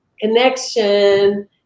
connection